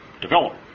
develop